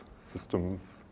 systems